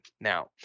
Now